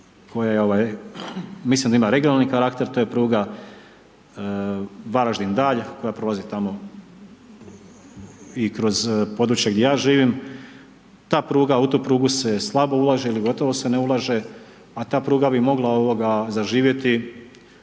koja je, mislim da ima regionalni karakter, to je pruga Varaždin-Dalj koja prolazi tamo i kroz područje gdje ja živim, u tu prugu se slabo ulaže li gotovo se ne ulaže, a ta pruga bi mogla zaživjeti